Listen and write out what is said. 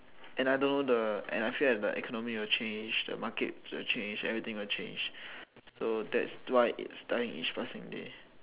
and I know the and I feel that the economy will change the market will change everything will change so that's why it's dying each passing day